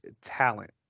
talent